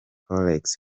forex